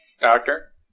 Doctor